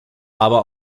aber